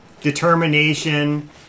determination